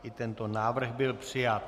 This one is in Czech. I tento návrh byl přijat.